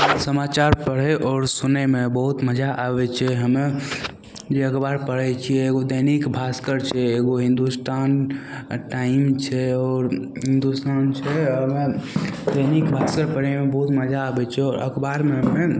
समाचार पढ़ै आओर सुनैमे बहुत मजा आबै छै हमे जे अखबार पढ़ै छिए एगो दैनिक भास्कर छै एगो हिन्दुस्तान टाइम्स छै आओर हिन्दुस्तान छै ओहिमे दैनिक भास्कर पढ़ैमे बहुत मजा आबै छै आओर अखबारमे